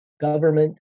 government